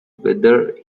whether